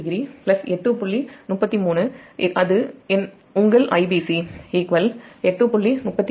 33 அது என்ன உங்கள் Ibc 8